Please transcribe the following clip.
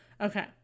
Okay